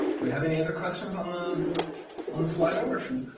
do we have any other questions on the on the slide um